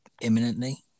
imminently